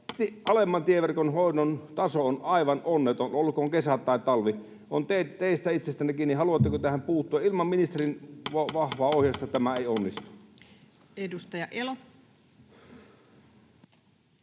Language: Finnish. Alemman tieverkon hoidon taso on aivan onneton, olkoon kesä tai talvi. On teistä itsestänne kiinni, haluatteko tähän puuttua. Ilman ministerin vahvaa ohjausta tämä ei onnistu. Edustaja Elo.